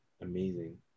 Amazing